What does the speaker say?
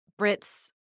Brits